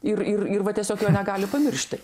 ir ir ir va tiesiog jo negali pamiršti